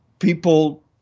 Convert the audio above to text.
People